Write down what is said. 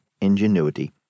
ingenuity